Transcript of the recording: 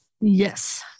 Yes